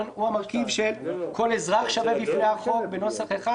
הוא שכל אזרח שווה בפני החוק בנוסח אחד,